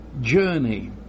journey